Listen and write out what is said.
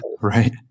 Right